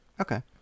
Okay